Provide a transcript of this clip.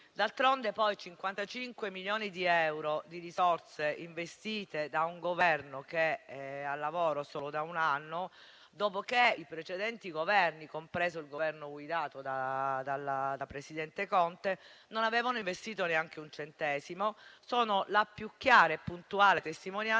D'altronde, 55 milioni di euro di risorse investite da un Governo che è al lavoro solo da un anno, dopo che i precedenti, compreso quello guidato dal presidente Conte, non avevano investito neanche un centesimo, sono la più chiara e puntuale testimonianza